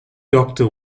doctor